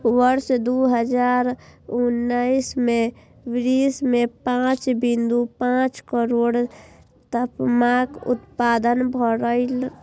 वर्ष दू हजार उन्नैस मे विश्व मे पांच बिंदु पांच करोड़ लतामक उत्पादन भेल रहै